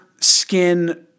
skin